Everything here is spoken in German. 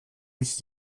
mich